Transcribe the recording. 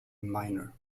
minor